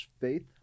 faith